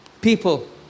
people